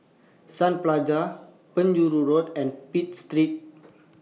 Sun Plaza Penjuru Road and Pitt Street